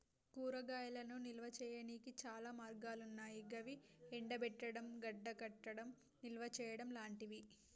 కూరగాయలను నిల్వ చేయనీకి చాలా మార్గాలన్నాయి గవి ఎండబెట్టడం, గడ్డకట్టడం, నిల్వచేయడం లాంటియి